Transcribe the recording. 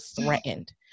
threatened